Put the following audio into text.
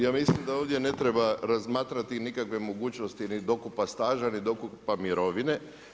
Ja mislim da ovdje ne treba razmatrati nikakve mogućnosti ni dokupa staža, ni dokupa mirovine.